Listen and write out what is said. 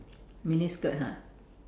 miniskirt ha